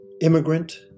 immigrant